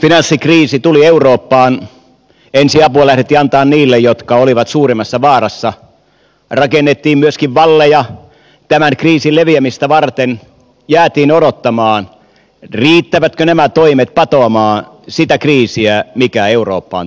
kun finanssikriisi tuli eurooppaan ensiapua lähdettiin antamaan niille jotka olivat suurimmassa vaarassa rakennettiin myöskin valleja tämän kriisin leviämistä varten jäätiin odottamaan riittävätkö nämä toimet patoamaan sitä kriisiä mikä eurooppaan tuli